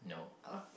no I